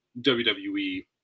WWE